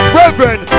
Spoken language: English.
reverend